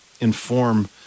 inform